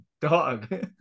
dog